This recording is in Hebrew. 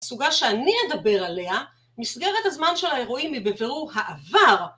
הסוגה שאני אדבר עליה, מסגרת הזמן של האירועים היא בבירור העבר.